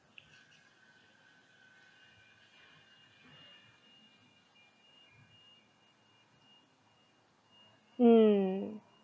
mm